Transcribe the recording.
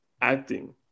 acting